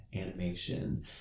animation